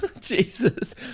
Jesus